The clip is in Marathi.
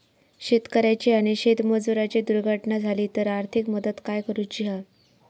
शेतकऱ्याची आणि शेतमजुराची दुर्घटना झाली तर आर्थिक मदत काय करूची हा?